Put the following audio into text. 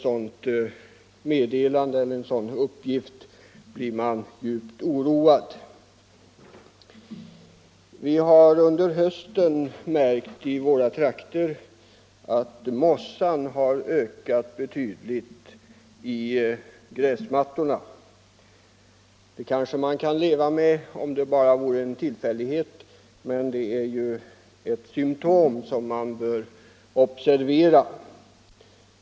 Sådana uppgifter gör mig djupt oroad. Under hösten har vi i våra trakter märkt att mossan ökat betydligt i gräsmattorna. Det kanske man kan leva med om det bara är en tillfällighet, men det är ju ett symtom som man bör observera.